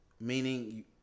meaning